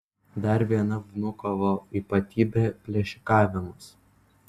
dar viena vnukovo ypatybė plėšikavimas